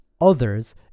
others